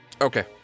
Okay